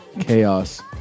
chaos